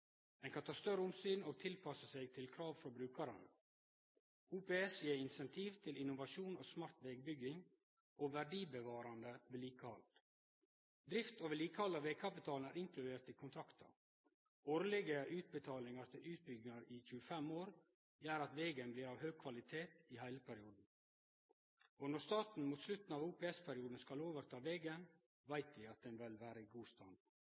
Ein kan ta større omsyn og tilpasse seg krav frå brukarane. OPS gjev incentiv til innovasjon, smart vegbygging og verdibevarande vedlikehald. Drift og vedlikehald av vegkapitalen er inkluderte i kontrakten. Årlege utbetalingar til utbyggjar i 25 år gjer at vegen blir av høg kvalitet i heile perioden. Når staten mot slutten av OPS-perioden skal ta over vegen, veit vi at han vil vere i god stand.